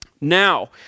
Now